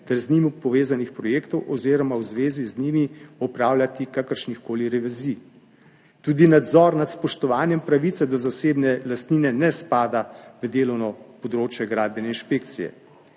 ter z njimi povezanih projektov oziroma v zvezi z njimi opravljati kakršnihkoli revizij. Tudi nadzor nad spoštovanjem pravice do zasebne lastnine ne spada v delovno področje Gradbene inšpekcije.